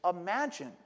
imagine